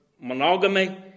monogamy